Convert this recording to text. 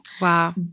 Wow